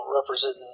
representing